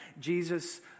Jesus